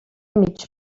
mig